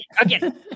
again